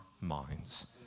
minds